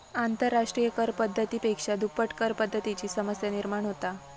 आंतरराष्ट्रिय कर पद्धती पेक्षा दुप्पट करपद्धतीची समस्या निर्माण होता